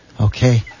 okay